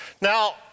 Now